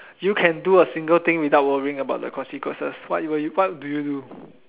you can do a single thing without worrying about the consequences what you were you what do you do